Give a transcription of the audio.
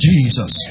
Jesus